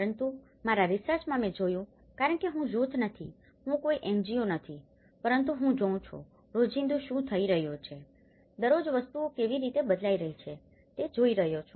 પરંતુ મારા રીસર્ચમાં મેં જોયું કારણ કે હું જૂથ નથી હું કોઈ NGO નથી પરંતુ હું જોઉં છું રોજિંદા શું થઈ રહ્યુ છે દરરોજ વસ્તુઓ કેવી રીતે બદલાઈ રહી છે તે જોઈ રહ્યો છું